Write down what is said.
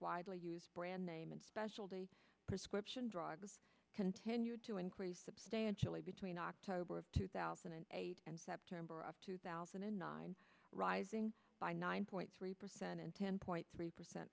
widely used brand name in specialty prescription drugs continued to increase substantially between october of two thousand and eight and september of two thousand and nine rising by nine point three percent and ten point three percent